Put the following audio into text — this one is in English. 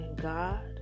God